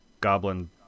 goblin